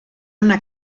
una